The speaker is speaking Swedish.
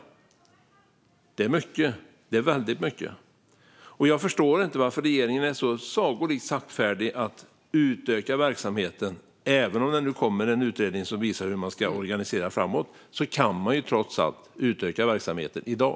Det är väldigt mycket. Jag förstår inte varför regeringen är så sagolikt saktfärdig när det gäller att utöka verksamheten. Även om det nu kommer en utredning som visar hur man ska organisera framöver kan man ju utöka verksamheten i dag.